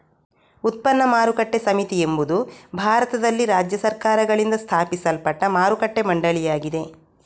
ಉತ್ಪನ್ನ ಮಾರುಕಟ್ಟೆ ಸಮಿತಿ ಎಂಬುದು ಭಾರತದಲ್ಲಿ ರಾಜ್ಯ ಸರ್ಕಾರಗಳಿಂದ ಸ್ಥಾಪಿಸಲ್ಪಟ್ಟ ಮಾರುಕಟ್ಟೆ ಮಂಡಳಿಯಾಗಿದೆ